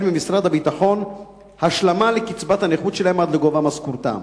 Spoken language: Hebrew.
ממשרד הביטחון השלמה לקצבת הנכות שלהם עד לגובה משכורתם.